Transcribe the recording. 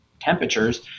temperatures